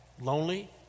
lonely